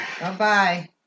Bye-bye